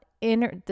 inner